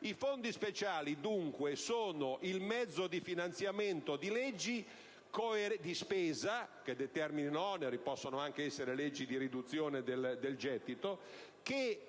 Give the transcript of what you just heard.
I fondi speciali, dunque, sono il mezzo di finanziamento di leggi di spesa (che determinino oneri: possono essere anche leggi di riduzione del gettito) che